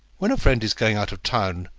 when a friend is going out of town,